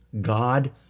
God